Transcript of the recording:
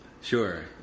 Sure